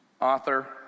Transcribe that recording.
Author